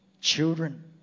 children